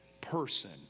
person